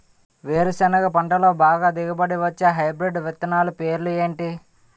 వేరుసెనగ పంటలో బాగా దిగుబడి వచ్చే హైబ్రిడ్ విత్తనాలు పేర్లు ఏంటి?